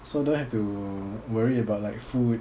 so don't have to worry about like food